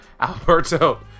Alberto